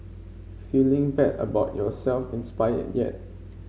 feeling bad about yourself inspired yet